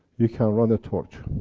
you can run a torch.